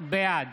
בעד